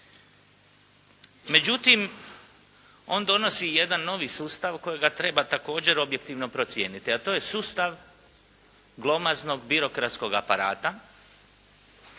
Međutim, on donosi jedan novi sustav kojega treba također objektivno procijeniti, a to je sustav glomaznog birokratskog aparata